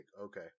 Okay